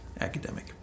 academic